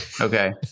okay